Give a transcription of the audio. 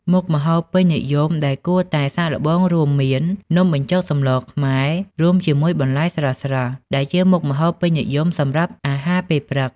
មុខម្ហូបពេញនិយមដែលគួរតែសាកល្បងរួមមាន នំបញ្ចុកសម្លរខ្មែរ រួមជាមួយបន្លែស្រស់ៗដែលជាមុខម្ហូបពេញនិយមសម្រាប់អាហារពេលព្រឹក។